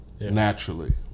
Naturally